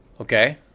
Okay